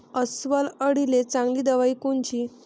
अस्वल अळीले चांगली दवाई कोनची?